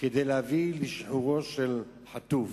כדי להביא לשחרורו של חטוף.